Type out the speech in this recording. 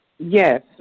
Yes